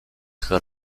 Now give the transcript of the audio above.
her